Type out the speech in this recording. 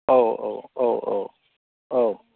औ औ औ औ औ